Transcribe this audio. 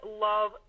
love